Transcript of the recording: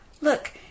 Look